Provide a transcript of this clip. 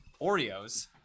Oreos